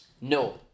no